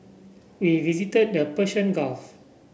we visited the Persian Gulf